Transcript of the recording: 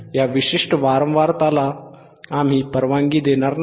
या विशिष्ट वारंवारताला हिरव्या बँड आम्ही परवानगी देणार नाही